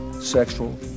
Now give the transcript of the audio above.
sexual